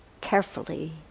carefully